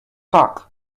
tak